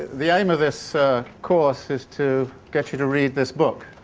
the aim of this ah course is to get you to read this book,